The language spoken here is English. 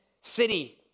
city